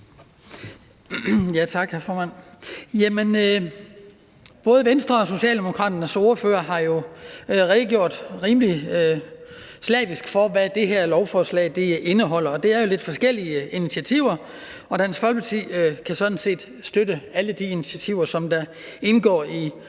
Både Venstres og Socialdemokraternes ordførere har jo redegjort rimelig slavisk for, hvad det her lovforslag indeholder, det handler jo om lidt forskellige initiativer, og Dansk Folkeparti kan sådan set støtte alle de initiativer, som indgår i